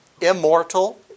immortal